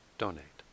donate